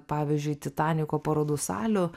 pavyzdžiui titaniko parodų salių